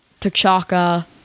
T'Chaka